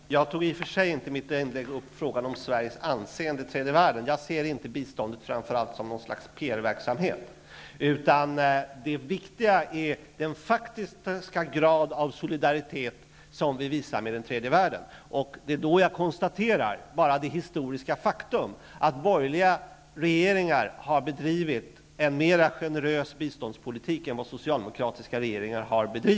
Herr talman! Jag tog i och för sig inte i mitt inlägg upp frågan om Sveriges anseende i tredje världen. Jag ser inte biståndet framför allt som någon slags PR-verksamhet. Det viktiga är den faktiska grad av solidaritet som vi visar med den tredje världen. Det är då jag konstaterar det historiska faktum att borgerliga regeringar har bedrivit en mer generös biståndspolitik än vad de Socialdemokratiska regeringarna har gjort.